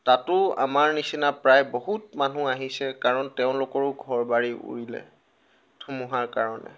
তাতো আমাৰ নিচিনা প্ৰায় বহুত মানুহ আহিছে কাৰণ তেওঁলোকৰো ঘৰ বাৰী উৰিলে ধুমুহাৰ কাৰণে